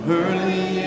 early